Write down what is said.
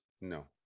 No